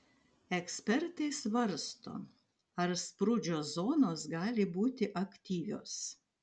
ekspertai svarsto ar sprūdžio zonos gali būti aktyvios